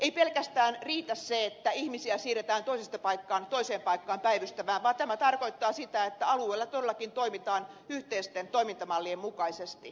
ei riitä pelkästään se että ihmisiä siirretään toisesta paikasta toiseen päivystämään vaan tämä tarkoittaa sitä että alueella todellakin toimitaan yhteisten toimintamallien mukaisesti